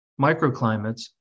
microclimates